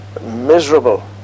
miserable